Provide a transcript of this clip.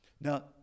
Now